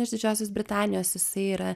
iš didžiosios britanijos jisai yra